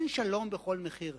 אין שלום בכל מחיר.